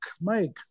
Mike